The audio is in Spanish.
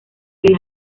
que